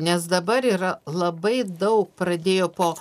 nes dabar yra labai daug pradėjo po